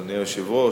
אדוני היושב-ראש,